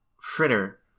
Fritter